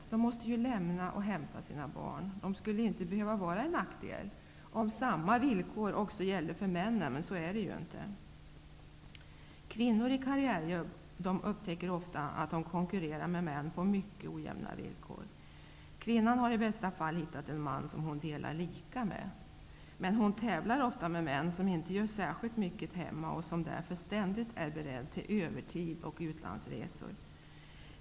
Kvinnorna måste ju lämna och hämta sina barn. Det skulle inte behöva vara en nackdel om samma villkor också gällde för männen, men så är det ju inte. Kvinnor i karriärjobb upptäcker ofta att de konkurrerar med män på mycket ojämlika villkor. Kvinnan har i bästa fall hittat en man som hon delar lika med. Men hon tävlar ofta med män som inte gör särskilt mycket hemma och som därför ständigt är beredda till övertid och utlandsresor.